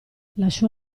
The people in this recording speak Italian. lasciò